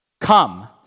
Come